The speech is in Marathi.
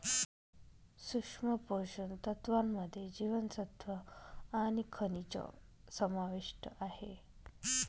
सूक्ष्म पोषण तत्त्वांमध्ये जीवनसत्व आणि खनिजं समाविष्ट आहे